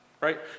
right